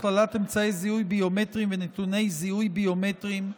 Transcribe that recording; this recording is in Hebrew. חבריי חברי הכנסת הנכבדים,